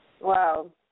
Wow